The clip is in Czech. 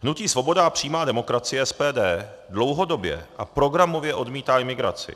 Hnutí Svoboda a přímá demokracie, SPD, dlouhodobě a programově odmítá imigraci.